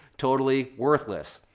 totally worthless.